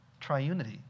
triunity